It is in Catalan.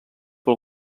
pel